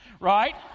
right